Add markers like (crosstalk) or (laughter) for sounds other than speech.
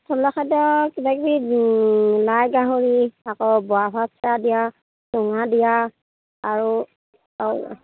থলুৱা খাদ্য কিবা কিবি লাই গাহৰি আকৌ বৰা ভাত চেৱা দিয়া চুঙা দিয়া আৰু (unintelligible)